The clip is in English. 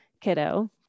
kiddo